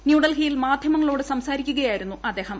ന്യൂഡൽഹിയിൽ മാധ്യമങ്ങളോട് സംസാരിക്കുകയായിരുന്നു അദ്ദേഹം